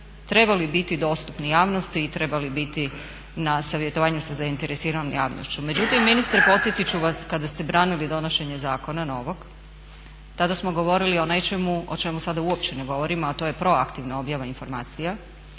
trebali biti dostupni javnosti i trebali biti na savjetovanju sa zainteresiranom javnošću. Međutim, ministre podsjetiti ću vas kada ste branili donošenje zakona novog tada smo govorili o nečemu o čemu sada uopće ne govorimo a to je proaktivna objava informacija.